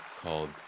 called